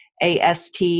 AST